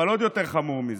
אבל עוד יותר חמור מזה,